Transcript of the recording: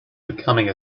becoming